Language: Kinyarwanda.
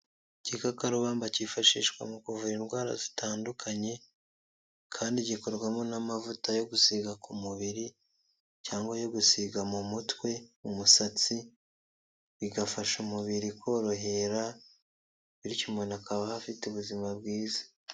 Igikakarubamba cyifashishwa mu kuvura indwara zitandukanye, kandi gikorwamo n'amavuta yo gusiga ku mubiri cyangwa yo gusiga mu mutwe umusatsi, bigafasha umubiri korohera, bityo umuntu akabaho afite ubuzima bwiza.